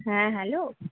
হ্যাঁ হ্যালো